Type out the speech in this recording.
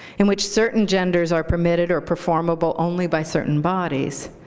in which certain genders are permitted or performable only by certain bodies,